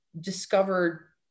discovered